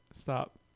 Stop